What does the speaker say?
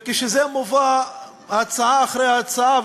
כשזה מובא הצעה אחרי הצעה,